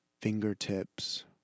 fingertips